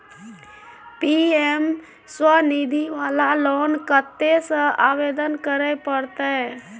PM Svanidhi वाला loan कत्ते से आवेदन करे परतै?